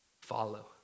follow